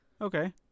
okay